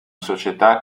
società